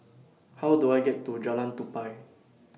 How Do I get to Jalan Tupai